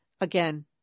again